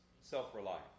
self-reliance